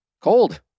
cold